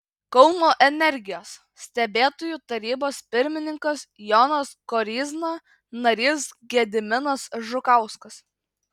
kauno energijos stebėtojų tarybos pirmininkas jonas koryzna narys gediminas žukauskas